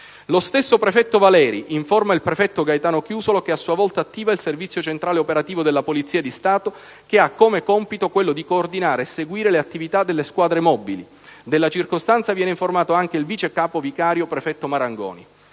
«Lo stesso prefetto Valeri informa il prefetto Gaetano Chiusolo che a sua volta attiva il Servizio centrale operativo della polizia di Stato, che ha come compito quello di coordinare e seguire le attività delle squadre mobili. Della circostanza viene informato anche il vice capo vicario prefetto Marangoni.